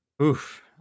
Oof